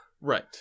Right